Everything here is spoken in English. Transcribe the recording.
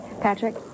Patrick